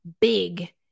big